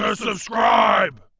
ah subscribe.